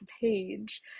page